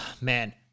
man